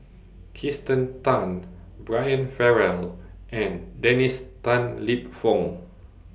Kirsten Tan Brian Farrell and Dennis Tan Lip Fong